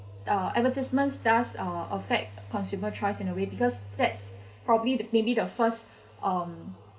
uh advertisements does uh affect consumer trust in a way because that's probably maybe the first um